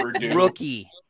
rookie